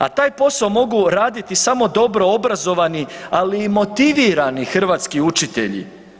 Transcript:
A taj posao mogu raditi samo dobro obrazovani ali i motivirani hrvatski učitelji.